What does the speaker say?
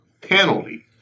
penalty